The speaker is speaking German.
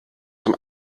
zum